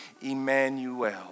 Emmanuel